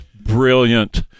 brilliant